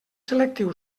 selectiu